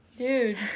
Dude